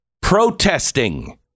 protesting